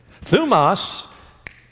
Thumas